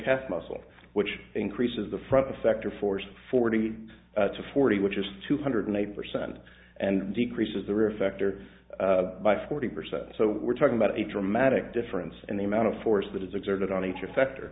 calf muscle which increases the front effect or force forty to forty which is two hundred eighty percent and decreases the refactor by forty percent so we're talking about a dramatic difference in the amount of force that is exerted on each effect